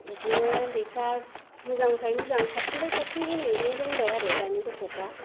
बिदिनो उन्दैफ्रा मोजांनिफ्राय मोजां साबसिननिफ्राय साबसिन गेलेनो रोंबाय आरो दानि गथ'फ्रा